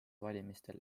valimistel